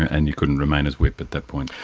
and you couldn't remain as whip at that point?